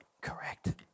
Correct